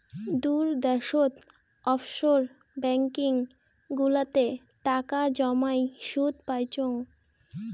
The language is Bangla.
দূর দ্যাশোত অফশোর ব্যাঙ্কিং গুলাতে টাকা জমাই সুদ পাইচুঙ